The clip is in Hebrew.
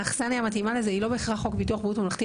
האכסניה המתאימה לזה היא לא בהכרח חוק בריאות ממלכתי,